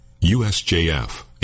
usjf